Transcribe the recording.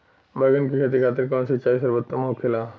बैगन के खेती खातिर कवन सिचाई सर्वोतम होखेला?